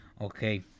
Okay